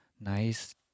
nice